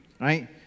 Right